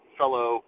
fellow